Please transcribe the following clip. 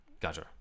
Gotcha